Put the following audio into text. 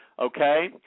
Okay